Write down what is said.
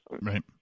Right